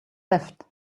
left